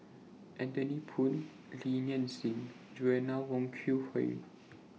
Anthony Poon Li Nanxing and Joanna Wong Quee Heng